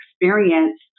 experience